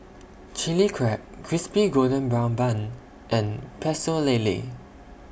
Chili Crab Crispy Golden Brown Bun and Pecel Lele